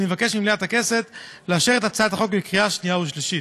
ואני מבקש ממליאת הכנסת לאשר את הצעת החוק בקריאה שנייה ושלישית.